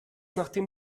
nachdem